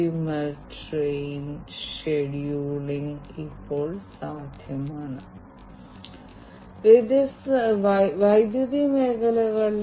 ഭക്ഷ്യവ്യവസായങ്ങളിലും ആരെങ്കിലും ആക്രമണം കമ്പനിയുടെ പ്രശസ്തിക്ക് ഹാനികരമാകുന്ന തരത്തിൽ ഡാറ്റ ഉപയോഗിച്ച് കളിക്കുകയാണെങ്കിൽ അത്തരം ഡാറ്റ സുരക്ഷിതമാക്കണം അത് രഹസ്യമാക്കണം